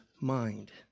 mind